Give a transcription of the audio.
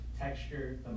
texture